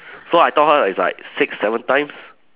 so I taught her it's like six seven times